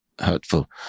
hurtful